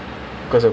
ya